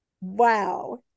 Wow